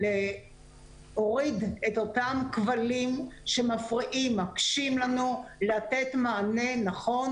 להוריד את אותם כבלים שמפריעים ומקשים עלינו לתת מענה נכון